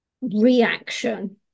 reaction